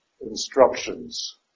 instructions